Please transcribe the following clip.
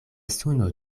suno